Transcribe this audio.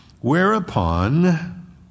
Whereupon